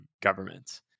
governments